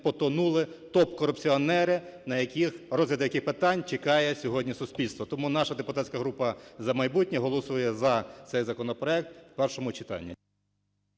потонули топ-корупціонери на яких, розгляд яких питань чекає сьогодні суспільство. Тому наша депутатська група "За майбутнє" голосує за цей законопроект в першому читанні.